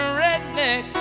redneck